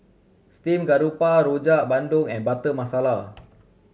steamed garoupa Rojak Bandung and Butter Masala